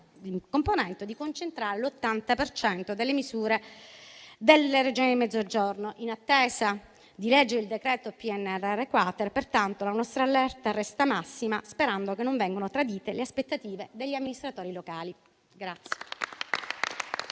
di concentrare l'80 per cento delle misure nelle Regioni del Mezzogiorno. In attesa di leggere il decreto PNRR-*quater*, pertanto, la nostra allerta resta massima, sperando che non vengano tradite le aspettative degli amministratori locali.